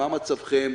מה מצבכם?